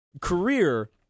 career